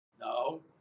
No